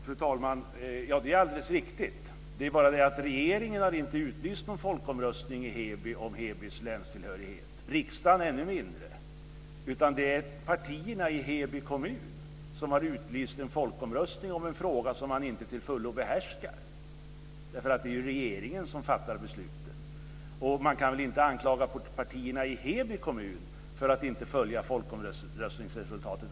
Fru talman! Det är alldeles riktigt. Det är bara det att regeringen inte har utlyst någon folkomröstning i Heby om Hebys länstillhörighet, och ännu mindre har riksdagen gjort det, utan det är partierna i Heby kommun som har utlyst en folkomröstning om en fråga som man inte till fullo behärskar. Det är ju regeringen som fattar beslutet. Man kan väl inte anklaga partierna i Heby kommun för att inte följa folkomröstningsresultatet.